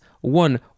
one